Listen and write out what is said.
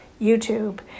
YouTube